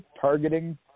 targeting